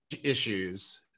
issues